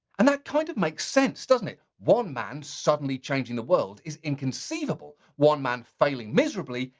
and that kind of makes sense, doesn't it? one man suddenly changing the world is inconceivable. one man failing miserably,